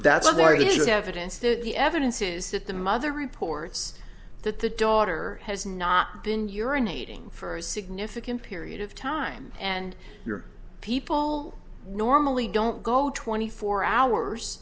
good evidence that the evidence is that the mother reports that the daughter has not been urinating for a significant period of time and your people normally don't go twenty four hours